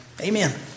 Amen